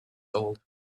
old